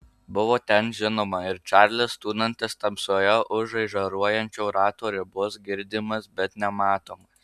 buvo ten žinoma ir čarlis tūnantis tamsoje už žaižaruojančio rato ribos girdimas bet nematomas